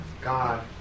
God